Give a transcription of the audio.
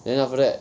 then after that